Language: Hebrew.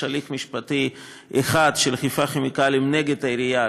יש הליך משפטי אחד של חיפה כימיקלים נגד העירייה,